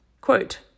Quote